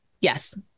Yes